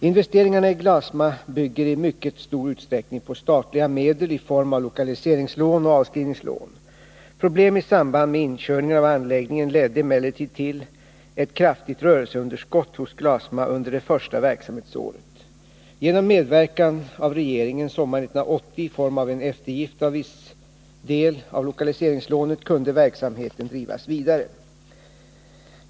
Investeringarna i Glasma bygger i mycket stor utsträckning på statliga medel i form av lokaliseringslån och avskrivningslån. Problem i samband med inkörningen av anläggningen ledde emellertid till ett kraftigt rörelseunderskott hos Glasma under det första verksamhetsåret. Genom medverkan av regeringen sommaren 1980 i form av en eftergift av viss del av lokaliseringslånet kunde verksamheten drivas vidare.